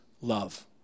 love